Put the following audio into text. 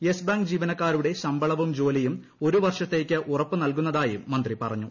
yes Bank ജീവനക്കാരുടെ ശമ്പളവും ജോലിയും ഒരു വർഷത്തേയ്ക്ക് ഉറപ്പു നൽകുന്നതായും മന്ത്രി പറഞ്ഞു